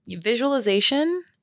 visualization